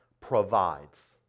provides